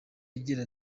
igira